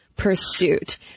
Pursuit